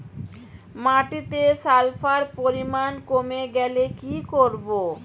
মাটিতে সালফার পরিমাণ কমে গেলে কি করব?